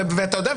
ואתה יודע,